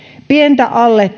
pientä alle